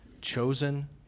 chosen